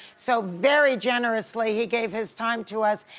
so very generously he gave his time to us,